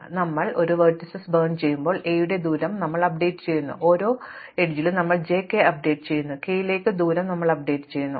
അതിനാൽ നമ്മൾ ഒരു വെർട്ടീസസ് ബേൺ ചെയ്യുമ്പോൾ a യുടെ ദൂരം ഞങ്ങൾ അപ്ഡേറ്റ് ചെയ്യുന്നു ഓരോ അരികിലും ഞങ്ങൾ j k അപ്ഡേറ്റ് ചെയ്യുന്നു k ലേക്ക് ദൂരം ഞങ്ങൾ അപ്ഡേറ്റ് ചെയ്യുന്നു